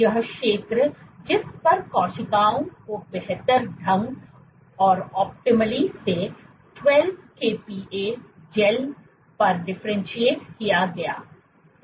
यह क्षेत्र जिस पर कोशिकाओं को बेहतर ढंग से 12 kPa जैल पर डिफरेंटशिएट किया गया